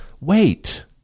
wait